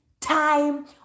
time